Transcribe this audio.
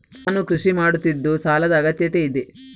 ನಾನು ಕೃಷಿ ಮಾಡುತ್ತಿದ್ದು ಸಾಲದ ಅಗತ್ಯತೆ ಇದೆ?